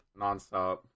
Nonstop